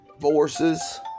forces